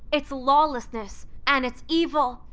its lawlessness and its evil,